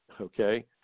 Okay